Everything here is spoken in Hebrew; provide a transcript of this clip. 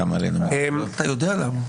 אתה יודע למה.